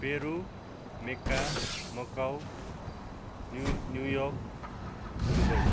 Peru Mecca Macau new New York Dubai